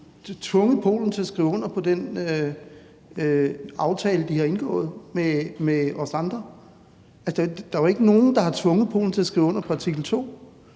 har tvunget Polen til at skrive under på den aftale, de har indgået med os andre. Altså, der er jo ikke nogen, der har tvunget Polen til at skrive under på artikel 2.